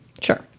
Sure